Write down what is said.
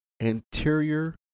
anterior